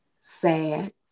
sad